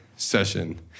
session